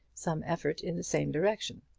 some effort in the same direction.